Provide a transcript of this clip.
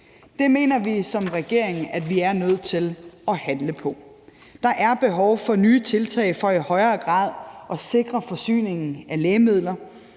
Det mener vi som regering at vi er nødt til at handle på. Der er behov for nye tiltag for i højere grad at sikre forsyningen af lægemidler.